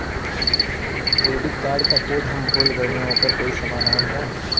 Credit card क code हम भूल गइली ओकर कोई समाधान बा?